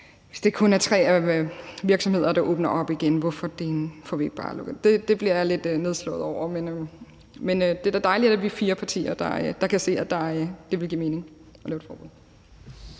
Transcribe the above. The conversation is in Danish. Hvis det kun er tre virksomheder, der åbner op igen, hvorfor dælen får vi ikke bare lukket erhvervet ned? Det bliver jeg lidt nedslået over, men det er da dejligt, at vi er fire partier, der kan se, at det vil give mening at lukke ned for